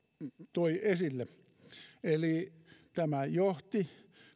toi esille eli tämä johti